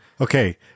okay